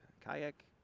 kayak